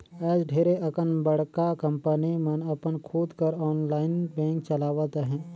आएज ढेरे अकन बड़का कंपनी मन अपन खुद कर आनलाईन बेंक चलावत अहें